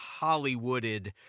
Hollywooded